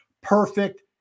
perfect